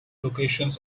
locations